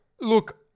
Look